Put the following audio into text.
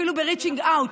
אפילו ב-reaching out,